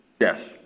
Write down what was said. Yes